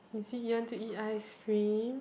is it you want to eat ice cream